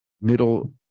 middle